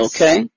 Okay